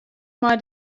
mei